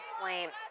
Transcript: flames